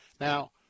Now